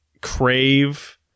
Crave